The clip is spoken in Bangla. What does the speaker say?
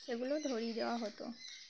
সেগুলো ধরিয়ে দেওয়া হতো